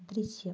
ദൃശ്യം